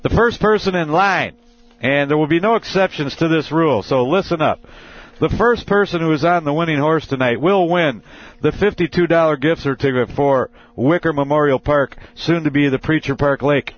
the first person in line and there will be no exceptions to this rule so listen up the first person who is on the winning horse tonight will win the fifty two dollars gift certificate for winter memorial park soon to be the preacher park lake